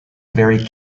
very